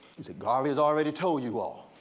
he said, garvey's already told you all,